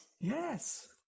Yes